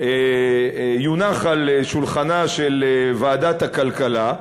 ויונח על שולחנה של ועדת הכלכלה,